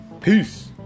Peace